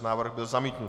Návrh byl zamítnut.